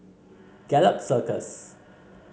Gallop Circus